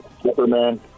Superman